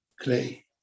Clay